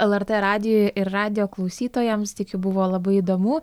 lrt radijui ir radijo klausytojams tikiu buvo labai įdomu